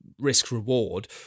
risk-reward